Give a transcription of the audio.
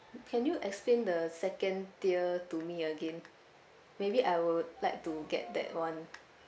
can you explain the second tier to me again maybe I would like to get that [one]